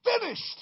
finished